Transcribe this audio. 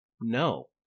no